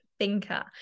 thinker